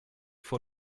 vor